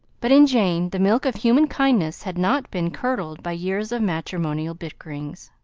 but in jane the milk of human kindness had not been curdled by years of matrimonial bickerings.